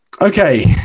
Okay